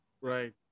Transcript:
Right